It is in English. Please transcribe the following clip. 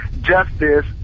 justice